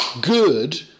good